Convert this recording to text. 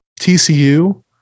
TCU